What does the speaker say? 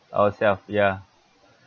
ourself ya